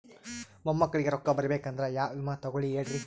ಮೊಮ್ಮಕ್ಕಳಿಗ ರೊಕ್ಕ ಬರಬೇಕಂದ್ರ ಯಾ ವಿಮಾ ತೊಗೊಳಿ ಹೇಳ್ರಿ?